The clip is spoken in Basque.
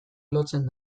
lotzen